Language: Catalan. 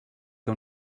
que